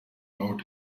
out